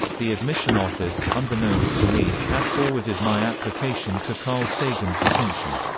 the admission office, unbeknownst to me, had forwarded my application to carl sagan's attention.